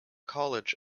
college